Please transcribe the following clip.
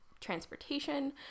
transportation